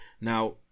Now